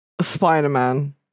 Spider-Man